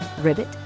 Ribbit